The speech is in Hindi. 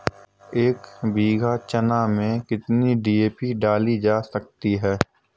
एक बीघा चना में कितनी डी.ए.पी डाली जा सकती है?